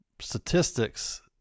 statistics